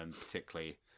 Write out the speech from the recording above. particularly